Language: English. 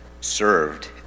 served